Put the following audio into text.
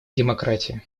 демократии